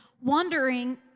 wondering